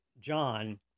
John